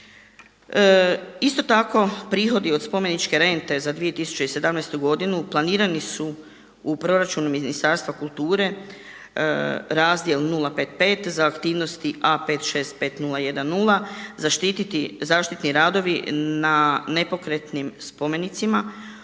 Isto tako, prihodi od spomeničke rente za 2017. godinu planirani su u proračunu Ministarstva kulture razdjel 055 za aktivnosti A565010 zaštititi zaštitni radovi na nepokretnim spomenicima